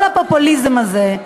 כל הפופוליזם הזה,